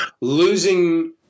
losing